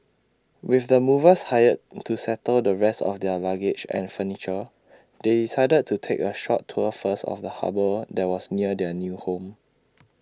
with the movers hired to settle the rest of their luggage and furniture they decided to take A short tour first of the harbour that was near their new home